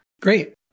Great